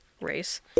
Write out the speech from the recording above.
race